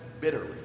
bitterly